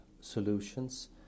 solutions